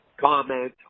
comment